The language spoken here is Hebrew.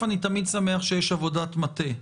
קודם כול אני תמיד שמח שיש עבודת מטה.